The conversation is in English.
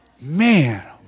Man